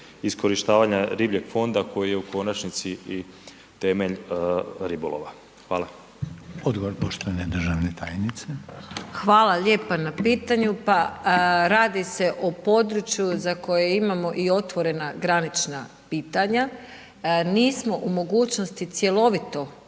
iskorištavanja ribljeg fonda koji je u konačnici i temelj ribolova. Hvala. **Reiner, Željko (HDZ)** Odgovor poštovane državne tajnice. **Vučković, Marija** Hvala lijepo na pitanju. Pa radi se o području za koje imamo i otvorena granična pitanja. Nismo u mogućnosti cjelovito